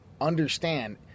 understand